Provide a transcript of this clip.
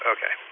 Okay